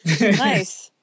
nice